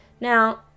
Now